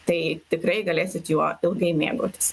tai tikrai galėsit juo ilgai mėgautis